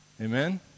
Amen